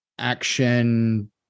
action